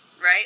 right